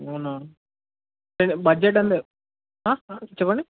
అవునా ఏమి లేదు బడ్జెట్ ఎంతో చెప్పండి